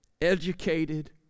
Educated